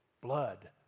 blood